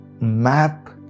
map